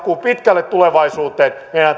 pitkälle tulevaisuuteen meidän